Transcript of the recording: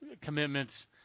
commitments –